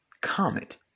Comet